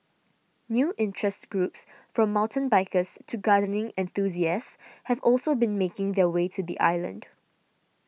new interest groups from mountain bikers to gardening enthusiasts have also been making their way to the island